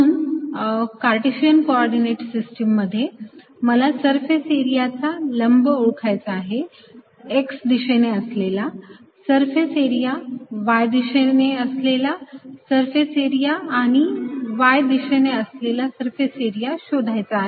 म्हणून Cartesian coordinate system मध्ये मला सरफेस एरिया चा लंब ओळखायचा आहे x दिशेने असलेला सरफेस एरिया y दिशेने असलेला सरफेस एरिया आणि y दिशेने असलेला सरफेस एरिया शोधायचा आहे